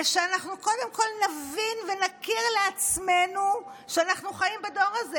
ושאנחנו קודם כול נבין ונכיר לעצמנו שאנחנו חיים בדור הזה,